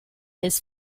his